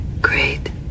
great